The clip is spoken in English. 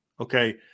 okay